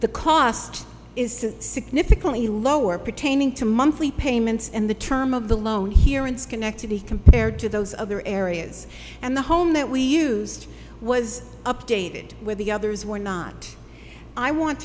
the cost is significantly lower pertaining to monthly payments and the term of the loan here in schenectady compared to those other areas and the home that we used was updated with the others were not i want